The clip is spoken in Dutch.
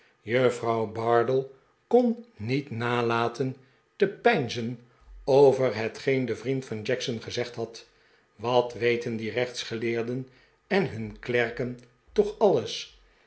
juffrouw cluppins kromp ineen en juffrouw sanders liep weg hetgeen de vriend van jackson gezegd had wat weten die rechtsgeleerden en nun klerken toch alles